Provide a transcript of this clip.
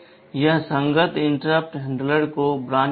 यह संगत interrupt handler को ब्रांच देगा